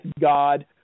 God